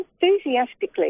enthusiastically